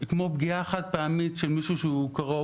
כמו פגיעה חד-פעמית לא חמורה של מישהו שהוא קרוב,